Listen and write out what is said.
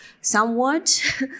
somewhat